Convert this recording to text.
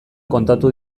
kontatu